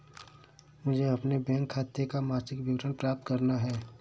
मुझे अपने बैंक खाते का मासिक विवरण प्राप्त करना है?